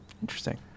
Interesting